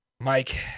Mike